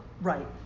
Right